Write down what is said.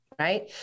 right